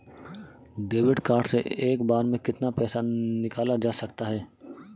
Debit card से एक बार में कितना पैसा निकाला जा सकता है?